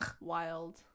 wild